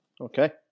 Okay